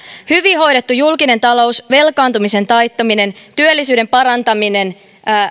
hyvin hoidettu julkinen talous velkaantumisen taittaminen työllisyyden parantaminen ja